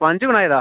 पंज बनाए दा